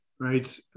right